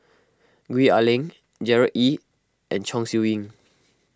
Gwee Ah Leng Gerard Ee and Chong Siew Ying